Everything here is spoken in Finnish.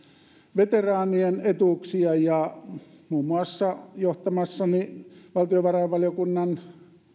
veteraanien etuuksia ja muun muassa johtamassani valtiovarainvaliokunnan